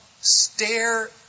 stare